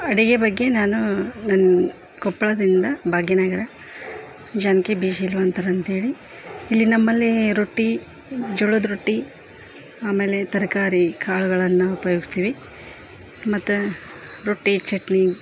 ಅಡಿಗೆ ಬಗ್ಗೆ ನಾನು ನನ್ನ ಕೊಪ್ಪಳದಿಂದ ಭಾಗ್ಯನಗರ ಜಾನಕಿ ಬೇಝಿಲೋ ಅಂತರ ಅಂತೇಳಿ ಇಲ್ಲಿ ನಮ್ಮಲ್ಲಿ ರೊಟ್ಟಿ ಜೋಳದ ರೊಟ್ಟಿ ಆಮೇಲೆ ತರಕಾರಿ ಕಾಳುಗಳನ್ನ ಉಪಯೋಗಿಸ್ತೀವಿ ಮತ್ತು ರೊಟ್ಟಿ ಚಟ್ನಿ